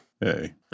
Hey